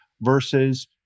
versus